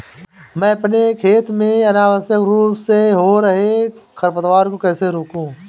मैं अपने खेत में अनावश्यक रूप से हो रहे खरपतवार को कैसे रोकूं?